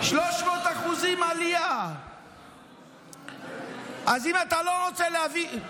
300%. עלייה של 300%. אז אם אתה לא רוצה להביא,